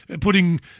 Putting